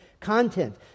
Content